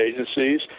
agencies